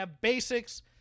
basics